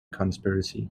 conspiracy